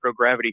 microgravity